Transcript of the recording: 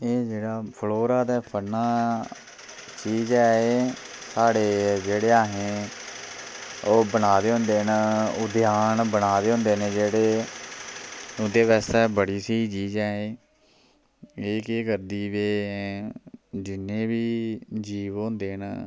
एह् जेह्ड़ा फ्लोरा ते फाना चीज ऐ एह् साढ़े जेह्ड़े अहें ओह् बनाए दे होंदे न ओहदे स्थान बनाए दे होंदे न जेह्ड़े ओह्दे बास्तै बड़ी स्हेई चीज ऐ एह् केह् करदी कि जिन्ने बी जीव होंदे न